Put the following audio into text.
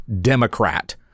Democrat